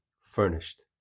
furnished